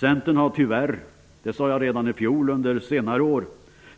Centern har tyvärr under senare år -- det sade jag redan i fjol --